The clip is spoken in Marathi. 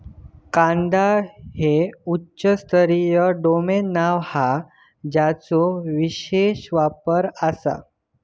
कांदा हे उच्च स्तरीय डोमेन नाव हा ज्याचो विशेष वापर आसा